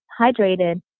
hydrated